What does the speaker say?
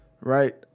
right